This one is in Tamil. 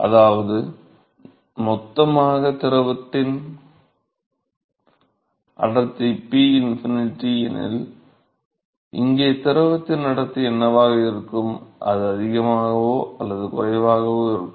அதாவது மொத்தமாக திரவத்தின் அடர்த்தி 𝞺∞ எனில் இங்கே திரவத்தின் அடர்த்தி என்னவாக இருக்கும் அது அதிகமாகவோ அல்லது குறைவாகவோ இருக்கும்